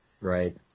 Right